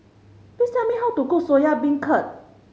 please tell me how to cook Soya Beancurd